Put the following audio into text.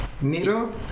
Needle